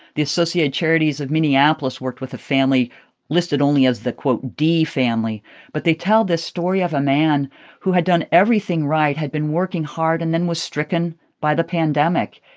the associated charities of minneapolis worked with a family listed only as the, quote, d family but they tell this story of a man who had done everything right, had been working hard and then was stricken by the pandemic.